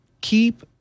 Keep